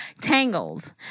tangled